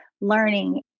learning